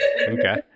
Okay